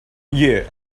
yeah